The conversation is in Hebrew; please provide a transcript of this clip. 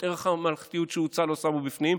את ערך הממלכתיות שהוצע לא שמו בפנים,